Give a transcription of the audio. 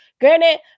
Granted